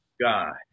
God